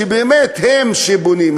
שבאמת הם שבונים,